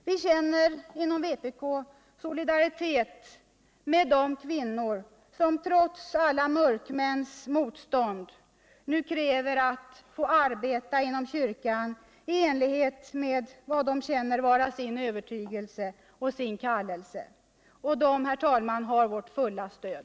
Vi känner inom vpk solidaritet med de kvinnor, som trots alla mörkmäns motstånd, nu kräver att få arbeta inom kyrkan i enlighet med vad de känner vara sin övertygelse och sin kallelse. De, herr talman, har vårt fulla stöd.